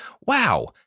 Wow